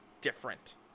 different